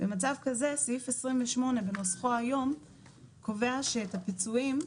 במצב כזה סעיף 28 בנוסחו היום קובע שאת הפיצויים,